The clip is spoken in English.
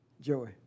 Joey